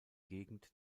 gegend